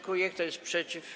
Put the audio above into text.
Kto jest przeciw?